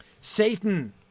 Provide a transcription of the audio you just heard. Satan